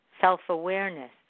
Self-awareness